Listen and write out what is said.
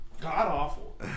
god-awful